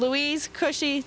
louise cushy